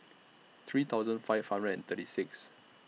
three thousand five hundred and thirty six